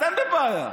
אתם בבעיה.